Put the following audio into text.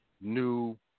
new